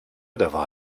d’avoir